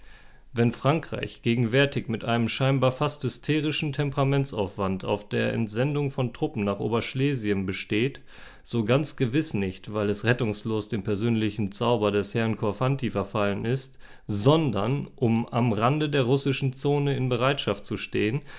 wenn frankreich gegenwärtig mit einem scheinbar fast hysterischen temperamentsaufwand auf der entsendung von truppen nach oberschlesien besteht so ganz gewiß nicht weil es rettungslos dem persönlichen zauber des herrn korfanty verfallen ist sondern um am rande der russischen zone in bereitschaft zu stehen